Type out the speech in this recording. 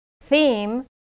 theme